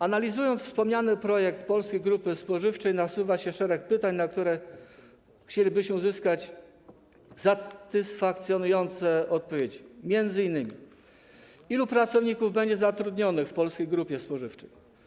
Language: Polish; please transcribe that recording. Analizując wspomniany projekt Polskiej Grupy Spożywczej, nasuwa się szereg pytań, na które chcielibyśmy uzyskać satysfakcjonujące odpowiedzi, m.in.: Ilu pracowników będzie zatrudnionych w Polskiej Grupie Spożywczej?